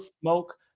smoke